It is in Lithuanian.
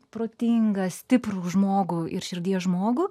protingą stiprų žmogų ir širdies žmogų